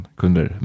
kunder